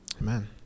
Amen